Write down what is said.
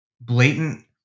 blatant